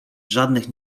żadnych